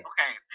Okay